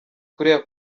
kuriya